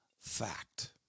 fact